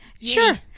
Sure